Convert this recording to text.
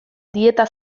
dieta